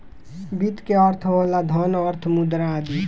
वित्त के अर्थ होला धन, अर्थ, मुद्रा आदि